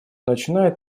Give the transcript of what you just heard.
начинает